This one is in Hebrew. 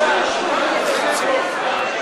אל תקזז אותו.